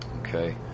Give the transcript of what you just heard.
Okay